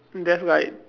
there's like